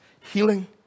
Healing